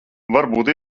varbūt